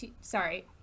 sorry